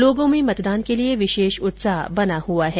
लोगों में मतदान के लिए विशेष उत्साह बना हुआ है